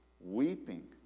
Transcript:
weeping